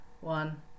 one